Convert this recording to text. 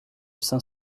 saint